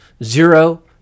Zero